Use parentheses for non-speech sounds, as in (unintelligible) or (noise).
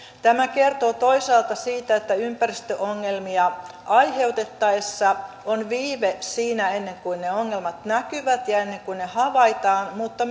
tämä kertoo toisaalta siitä että ympäristöongelmia aiheutettaessa on viive siinä ennen kuin ongelmat näkyvät ja ennen kuin ne havaitaan mutta (unintelligible)